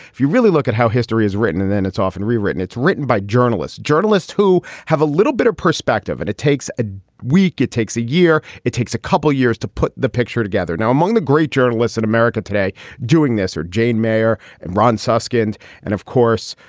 if you really look at how history is written and then it's often rewritten, it's written by journalists. journalists who have a little bit of perspective and it takes a week, it takes a year, it takes a couple years to put the picture together. now, among the great journalists in america today doing this, or jane, mayor and ron suskind and of course,